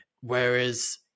Whereas